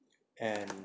and